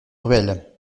ruelles